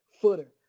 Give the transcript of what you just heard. footer